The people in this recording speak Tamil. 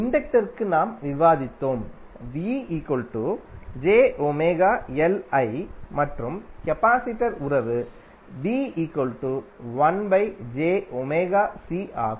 இண்டக்டர்க்கு நாம் விவாதித்தோம் மற்றும் கபாசிடர் உறவு ஆகும்